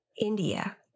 India